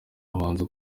abanza